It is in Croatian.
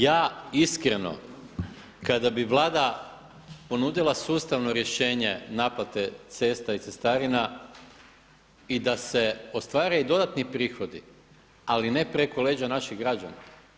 Ja iskreno kada bi Vlada ponudila sustavno rješenje naplate cesta i cestarina i da se ostvare i dodatni prihodi, ali ne preko leđa naših građana.